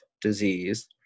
disease